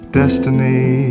destiny